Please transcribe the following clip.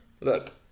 Look